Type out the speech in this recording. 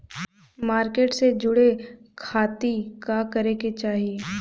Market से जुड़े खाती का करे के चाही?